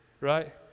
right